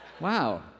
Wow